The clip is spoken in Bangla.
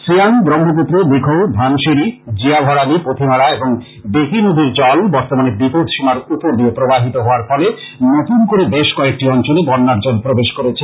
সিয়াং ব্রহ্মপুত্র দিখৌ ধনশিরী জিয়াভরালী পুথিমারা এবং বেকী নদীর জল বিপদ সীমার ওপর দিয়ে প্রবাহিত হওয়ার ফলে নতুন করে বেশ কয়েকটি অঞ্চলে বন্যার জল প্রবেশ করেছে